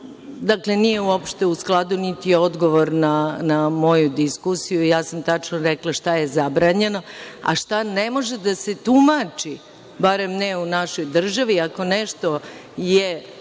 dakle, nije u skladu, niti je odgovor na moju diskusiju. Ja sam tačno rekla šta je zabranjeno, a šta ne može da se tumači, barem ne u našoj državi, ako je nešto